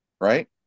right